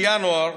בינואר,